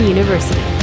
University